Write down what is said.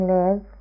live